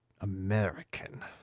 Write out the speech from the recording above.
American